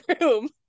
room